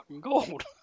gold